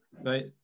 right